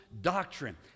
doctrine